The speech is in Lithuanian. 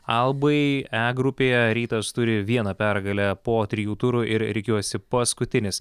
albai e grupėje rytas turi vieną pergalę po trijų turų ir rikiuojasi paskutinis